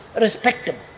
respectable